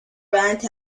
brant